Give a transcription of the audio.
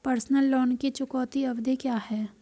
Personal loan की चुकौती अवधि क्या है?